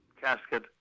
casket